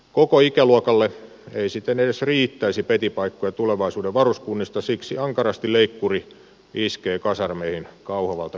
koko ikäluokalle ei siten edes riittäisi petipaikkoja tulevaisuuden varuskunnista siksi ankarasti leikkuri iskee kasarmeihin kauhavalta kontiolahdelle